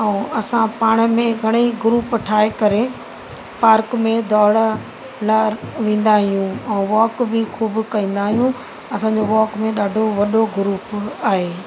ऐं असां पाण में घणेईं ग्रुप ठाहे करे पार्क में दौड़ लाइ वेंदा आहियूं ऐं वॉक बि ख़ूबु कंदा आहियूं असांजो वॉक में ॾाढो वॾो ग्रुप आहे